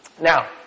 Now